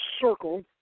circle